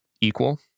equal